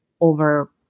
over